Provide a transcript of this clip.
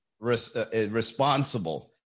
responsible